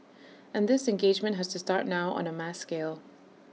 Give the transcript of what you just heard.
and this engagement has to start now on A mass scale